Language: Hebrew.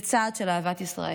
זה צעד של אהבת ישראל,